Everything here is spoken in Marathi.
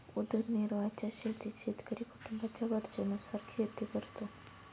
उदरनिर्वाहाच्या शेतीत शेतकरी कुटुंबाच्या गरजेनुसार शेती करतो